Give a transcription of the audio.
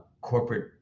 corporate